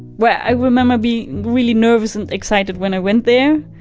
where i remember being really nervous and excited when i went there.